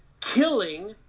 killing